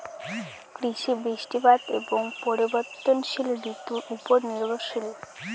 কৃষি বৃষ্টিপাত এবং পরিবর্তনশীল ঋতুর উপর নির্ভরশীল